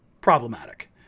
problematic